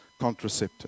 contraceptives